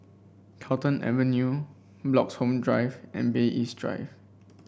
Carlton Avenue Bloxhome Drive and Bay East Drive